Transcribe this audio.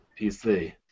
PC